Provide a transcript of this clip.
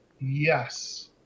Yes